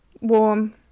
warm